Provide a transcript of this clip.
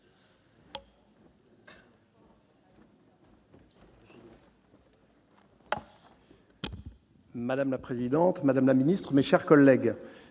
Madame la présidente, Madame la Ministre, mes chers collègues,